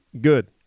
good